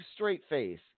Straightface